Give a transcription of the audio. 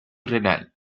renal